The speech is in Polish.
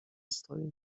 stoi